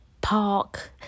park